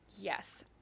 Yes